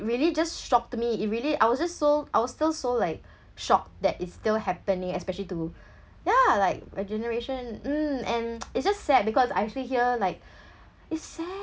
really just shocked me it really I was just so I was still so like shocked that it's still happening especially to ya like a generation um and it's just sad because I actually hear like it's sad